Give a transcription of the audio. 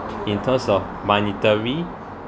in terms of monetary